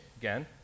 Again